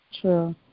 True